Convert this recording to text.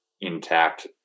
intact